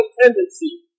tendency